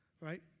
Right